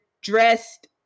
dressed